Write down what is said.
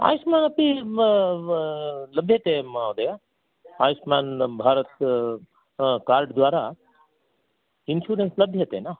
आयुष्मान् अपि लभ्यते महोदया आयुष्मान् भारतं कार्ड् द्वारा इन्शुरेन्स् लभ्यते न